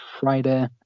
Friday